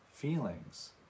feelings